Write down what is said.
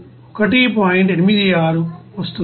86 వస్తుంది